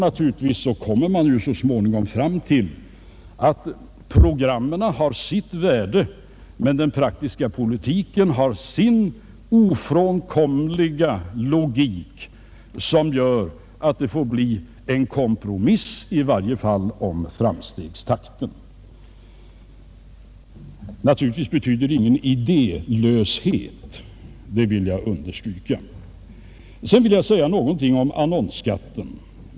Naturligtvis kommer man så småningom fram till att programmen har sitt värde men att den praktiska politiken har sin ofrånkomliga logik, som gör att det får bli en kompromiss — i varje fall om framstegstakten. Självklart betyder inte detta någon idéelöshet, det vill jag understryka. Sedan vill jag säga någonting om annonsskatten.